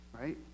Right